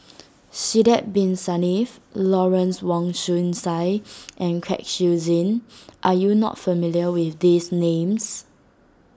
Sidek Bin Saniff Lawrence Wong Shyun Tsai and Kwek Siew Zin are you not familiar with these names